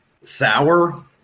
Sour